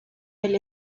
del